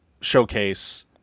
showcase